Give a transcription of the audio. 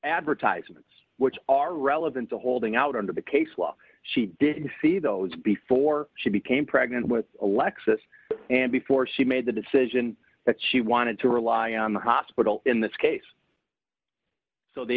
advertisements which are relevant to holding out under the case law she didn't see those before she became pregnant with alexis and before she made the decision that she wanted to rely on the hospital in this case so the